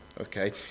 okay